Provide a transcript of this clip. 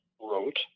wrote